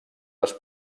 les